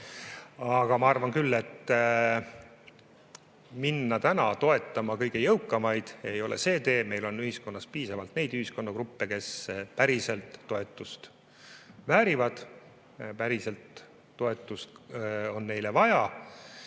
Ent ma arvan küll, et minna täna toetama kõige jõukamaid ei ole see tee. Meil on piisavalt ühiskonnagruppe, kes päriselt toetust väärivad, ja päriselt toetust on neile vaja.